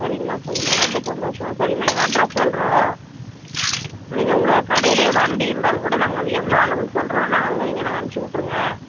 சரிங்கம்மா சரிங்கம்மா ரொம்ப சந்தோஷம் சரிம்மா எங்கள் அட்ரஸ் சொல்கிறோம் நீங்கள் உங்கள் கடையிலே வண்டி இருந்தால் கூட நாங்கள் வந்து எவ்வளோ அளவுன்னு சொல்கிறோம் அதை நீங்கள் நான் அமுச்சி விட்ருங்க